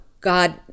God